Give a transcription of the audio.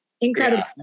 incredible